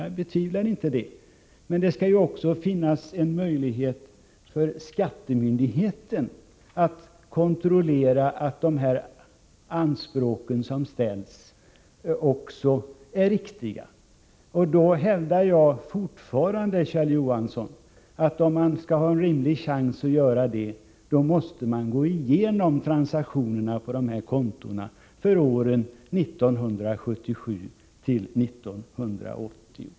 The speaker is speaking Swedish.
Jag betvivlar inte det, men det skall också finnas en möjlighet för skattemyndigheten att kontrollera att de anspråk som ställs är riktiga. Jag hävdar fortfarande, Kjell Johansson, att man om man skall ha en rimlig chans att göra detta, måste gå igenom transaktionerna på de olika kontona för åren 1977-1980.